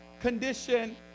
condition